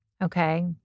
Okay